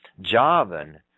Javan